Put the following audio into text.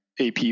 AP